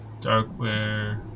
Darkware